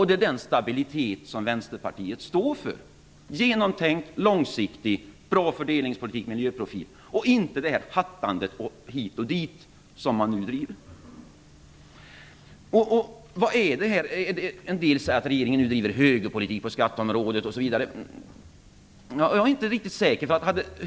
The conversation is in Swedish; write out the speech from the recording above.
Det är den stabiliteten som Vänsterpartiet står för: genomtänkt, långsiktig, bra fördelningspolitik med miljöprofil, och inte det hattande hit och dit som nu är. En del säger att regeringen nu driver högerpolitik på skatteområdet osv. Jag är inte riktigt säker.